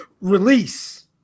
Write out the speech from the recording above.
release